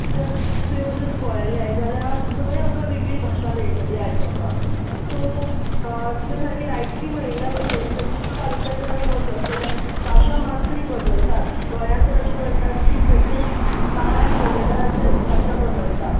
जर तुवें वचून पळयलें जाल्यार थंय आमकां वेगळी भाशा मेळटली आयकपाक सो तुवें सारकें रायटली म्हणिल्ल्या भशेन प्रत्येक तालुक्यांत जर आमी वचत जाल्यार भाशा मात तरी बदलतात गोंयांत तर अशें म्हणटात की प्रत्येक बारा किलोमिटराचेर भाशा बदलता